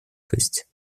гибкость